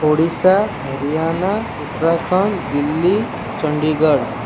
Odisha Haryana Uttarakhand Delhi Chandigarh